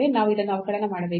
ನಾವು ಇದನ್ನು ಅವಕಲನ ಮಾಡಬೇಕು